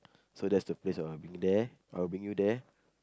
so that's the place I wanna bring you there I will bring you there